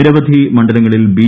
നിരവധി മീണ്ഡലങ്ങളിൽ ബി